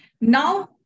now